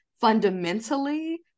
fundamentally